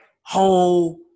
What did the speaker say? whole